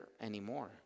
anymore